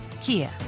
Kia